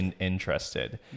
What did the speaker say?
interested